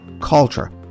culture